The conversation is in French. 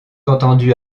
entendu